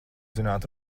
zināt